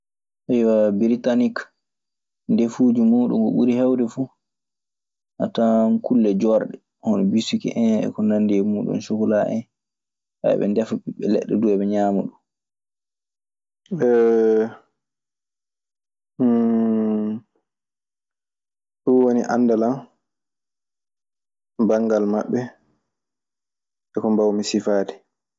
Biritanik ndefuuji muuɗun ko ɓuri heewde fuu a tawan kulle joorɗe hono bisiki en e ko nanndi e muuɗun, sokkolaa en. Hay, eɓe ndefa ɓiɓɓe leɗɗe duu eɓe ñaama ɗun. ɗun woni anndal an banngal maɓɓe e ko mawmi sifaade.